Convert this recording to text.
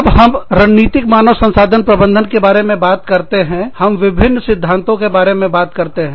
जब हम रणनीतिक मानव संसाधन प्रबंधन के बारे में बात करते हैं हम विभिन्न सिद्धांतों के बारे में बात करते हैं